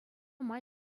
май